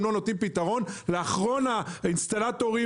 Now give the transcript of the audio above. לא נותנים פתרון לאחרון האינסטלטורים,